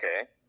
Okay